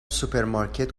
سوپرمارکت